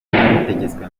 nabitegetswe